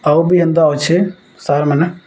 ଆଉ ବି ଏନ୍ତା ଅଛେ ସାର୍ମାନେ